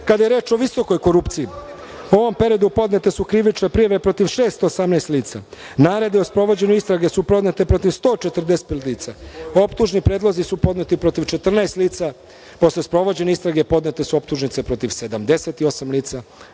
lice. Kada je reč o visokoj korupciji, u ovom periodu podnete su krivične prijave protiv 618 lica. Naredbe o sprovođenju istrage su podnete protiv 140 lica. Optužni predlozi su podneti protiv 14 lica. Posle sprovođene istrage podnete su optužnice protiv 78 lica.